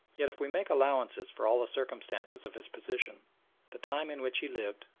yet if we make allowances for all the circumstances of his position the time in which he lived,